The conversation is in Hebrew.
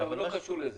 אבל לא קשור לזה.